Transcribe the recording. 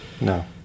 No